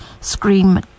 Scream